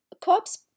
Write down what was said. cops